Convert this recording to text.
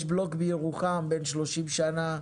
יש בירוחם בלוק בן 30 שנים.